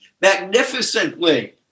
magnificently